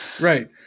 right